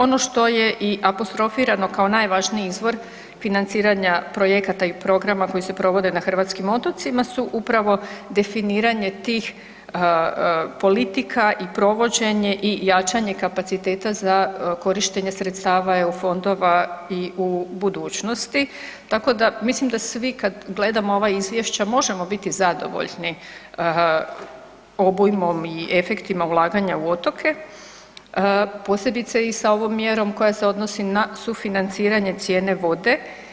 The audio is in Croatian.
Ono što je i apostrofirano kao najvažniji izvor financiranja projekata i programa koji se provode na hrvatskim otocima su upravo definiranje tih politika i provođenje i jačanje kapaciteta za korištenje sredstava EU fondova i u budućnosti, tako da, mislim da svi kad gledamo ova izvješća možemo biti zadovoljni obujmom i efektima ulaganja u otoke, posebice i sa ovom mjerom koja se odnosi na sufinanciranje cijene vode.